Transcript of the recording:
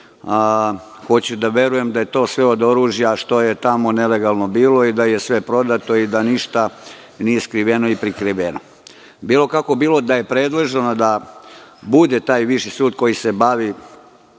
Hoću da verujem da je to sve od oružja što je tamo nelegalno bilo i da je sve prodato i da ništa nije skriveno i prikriveno. Bilo kako bilo, da je predloženo da bude taj viši sud koji se bavi